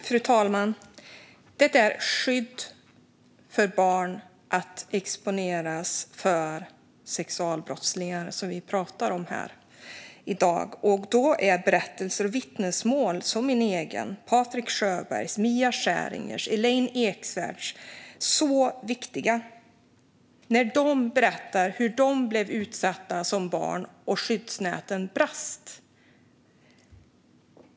Fru talman! Det är skydd för barn mot att exponeras för sexualbrottslingar som vi pratar om. Då är berättelser och vittnesmål som mitt eget, Patrik Sjöbergs, Mia Skäringers och Elaine Eksvärds så viktiga. De har berättat hur de blev utsatta som barn och skyddsnäten brast.